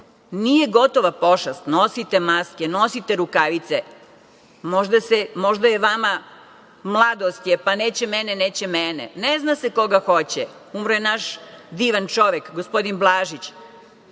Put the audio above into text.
nije gotova pošast, nosite maske, nosite rukavice. Možda je vama, mladost je pa – neće mene, neće mene. Ne zna se koga hoće. Umro je naš divan čovek, gospodin Blažić.